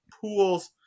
pools